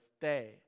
day